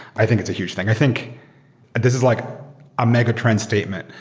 i think it's a huge thing. i think this is like a megatrend statement,